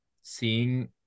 seeing